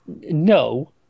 no